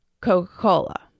Coca-Cola